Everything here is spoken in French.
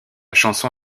chanson